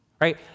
right